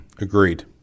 Agreed